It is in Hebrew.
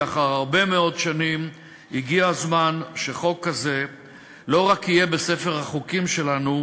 לאחר הרבה מאוד שנים הגיע הזמן שחוק כזה לא רק יהיה בספר החוקים שלנו,